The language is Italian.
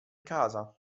casa